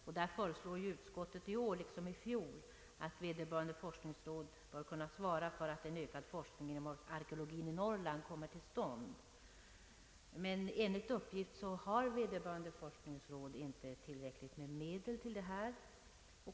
Utskottet anser i år liksom i fjol att vederbörande forskningsråd bör kunna svara för att en ökad forskning inom arkeologien i Norrland kommer till stånd. Men enligt uppgift har vederbörande forskningsråd ej medel till detta.